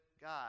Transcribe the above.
God